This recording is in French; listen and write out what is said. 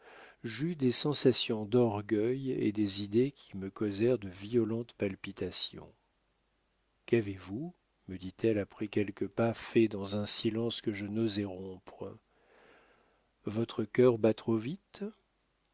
j'eus des sensations d'orgueil et des idées qui me causèrent de violentes palpitations qu'avez-vous me dit-elle après quelques pas faits dans un silence que je n'osais rompre votre cœur bat trop vite